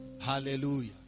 Hallelujah